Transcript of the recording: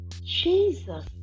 Jesus